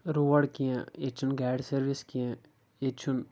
road کیٚنٛہہ ییٚتہٕ چھنہٕ گاڑِ سٔروِس کیٚنٛہہ ییٚتہِ چھنہٕ